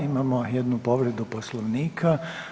Imamo jednu povredu Poslovnika.